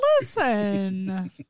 Listen